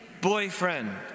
boyfriend